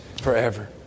forever